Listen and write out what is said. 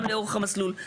גם לאורך המסלול,